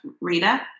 Rita